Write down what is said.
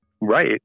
Right